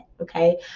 okay